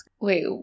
Wait